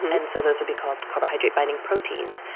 and and so those would be called carbohydrate binding proteins.